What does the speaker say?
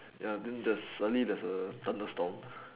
ya I mean there's suddenly there's a thunderstorm